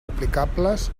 aplicables